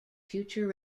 future